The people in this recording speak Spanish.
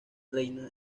reina